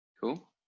Cool